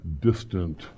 distant